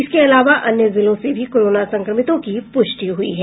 इसके अलावा अन्य जिलों से भी कोरोना संक्रमितों की पुष्टि हुई है